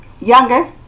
younger